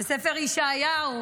בספר ישעיהו